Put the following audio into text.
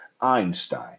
Einstein